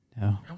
No